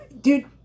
dude